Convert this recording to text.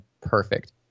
perfect